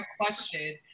question